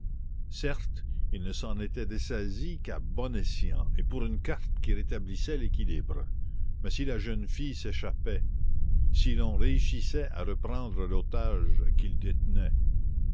certes il ne s'en était dessaisi qu'à bon escient et pour une carte qui rétablissait l'équilibre mais si la jeune fille s'échappait si l'on réussissait à reprendre l'otage qu'il détenait